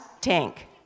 tank